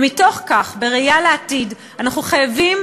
ומתוך כך, בראייה לעתיד, אנחנו חייבים